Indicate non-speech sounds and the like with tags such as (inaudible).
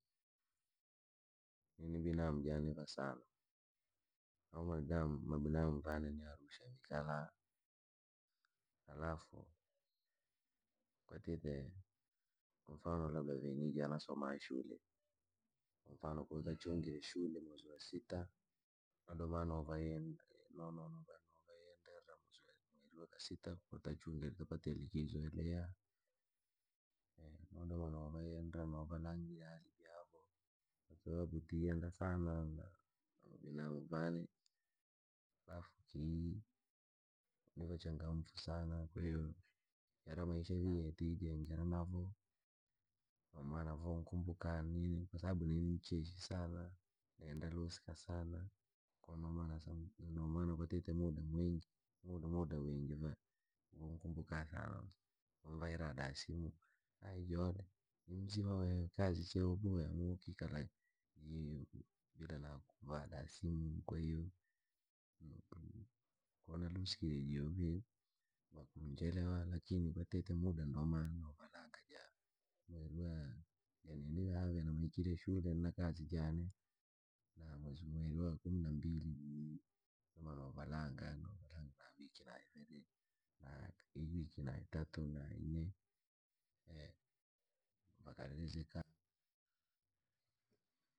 Nini binamu jane vasano, avo mabinamu, mabinamu jane jaane ni arusha viikala, halafu, kwatite, kwa mfano labda vee niija nasoma shule, kwa mfano ko tachungire shule mweri wa siita, na doma nova (unintelligible) no- no- no- nova navayenderra mweri mweriwakasita ko tukachunge tapatire likizo yaliha, (hesitation) nodoma nova yenda nova novalanga hali javo, kwasababu tiyenda sana na- namabinamu vane, alafu kii, ni vaa changamfu saana, kwahiyo, yara maisha vii ye tijengera navo, kwa maana vunkumbuka nini kwasababu ni ndri mcheshi sana, nenda luusika sana, kwa maana nasau ndo maana kwatite muda wiingi. Volu muda wingi va- vunkumbuka sana, vunyaira da simu aijole, jimusio vaa kazi chee woboya wokikala, yeyokuli bila na kuvaa da simu. Kwahiyo, (hesitation) koo nalusikire ijovee, vakunjelewa lakini kwatite muda ndoma no valanga ja, mwirwaa yaani nilabhile ubikile shule na kazi jaane, na mwezi mweri wa kumi na mbili vii, noma no valanga na valanga avikila iviri, na iwiki na itatu, na inne (hesitation) vakaridhika. (hesitation)